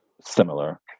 similar